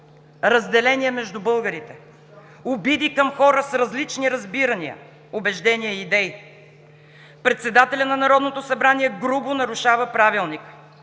разделение между българите, обиди към хора с различни разбирания, убеждения и идеи. Председателят на Народното събрание грубо нарушава Правилника,